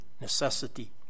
necessity